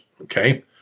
Okay